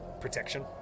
Protection